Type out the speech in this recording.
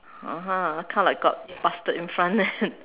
(uh huh) kind of like got busted in front then